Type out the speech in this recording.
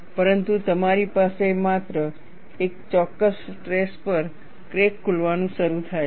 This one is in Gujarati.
પરંતુ તમારી પાસે માત્ર એક ચોક્કસ સ્ટ્રેસ પર ક્રેક ખુલવાનું શરૂ થાય છે